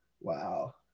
wow